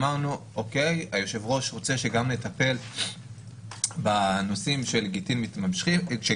אמרנו: היושב-ראש רוצה שנטפל גם בנושאים של גירושין מתמשכים,